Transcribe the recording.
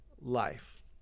life